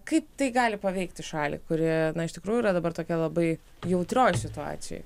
kaip tai gali paveikti šalį kuri iš tikrųjų yra dabar tokioj labai jautrioj situacijoj